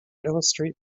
illustrate